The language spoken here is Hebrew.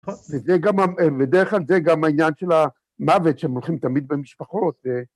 נכון וזה גם ה.. בדרך כלל זה גם העניין של המוות שהם הולכים תמיד במשפחות.